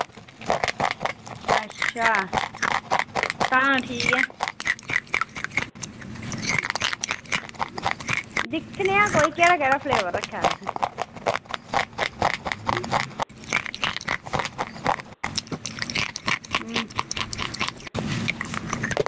अच्छा तां ठीक ऐ दिक्खी लेआं कोई केह्ड़ा केह्ड़ा फ्लेवर रक्खे दा तुसें